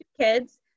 kids